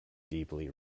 deeply